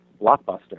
Blockbuster